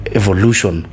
evolution